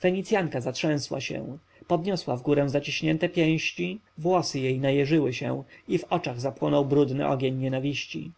fenicjanka zatrzęsła się podniosła wgórę zaciśnięte pięści włosy jej najeżyły się a w oczach zapłonął brudny ogień nienawiści